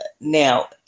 Now